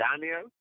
Daniel